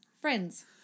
Friends